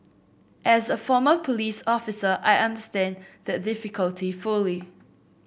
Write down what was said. as a former police officer I understand that difficulty fully